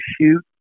shoot